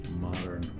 modern